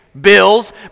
bills